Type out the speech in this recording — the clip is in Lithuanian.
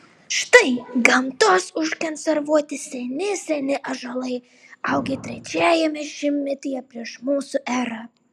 štai gamtos užkonservuoti seni seni ąžuolai augę trečiajame šimtmetyje prieš mūsų erą